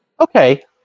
okay